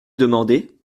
demandé